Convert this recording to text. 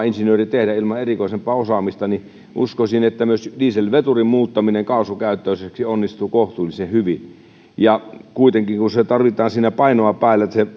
insinööri tehdä ilman erikoisempaa osaamista uskoisin että myös dieselveturin muuttaminen kaasukäyttöiseksi onnistuu kohtuullisen hyvin kuitenkin kun tarvitaan painoa päälle että se